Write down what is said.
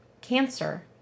cancer